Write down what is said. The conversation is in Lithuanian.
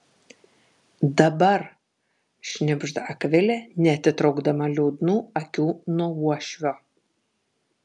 dabar šnibžda akvilė neatitraukdama liūdnų akių nuo uošvio